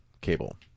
cable